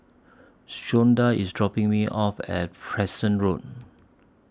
Shonda IS dropping Me off At Preston Road